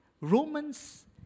Romans